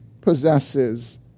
possesses